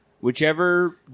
Whichever